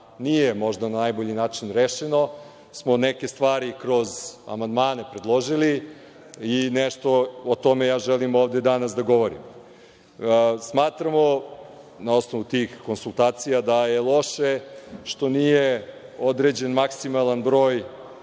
nije možda najbolji način rešeno, smo neke stvari kroz amandmane predložili i nešto o tome ja želim ovde danas da govorim. Smatramo na osnovu tih konsultacija da je loše što nije određen maksimalan broj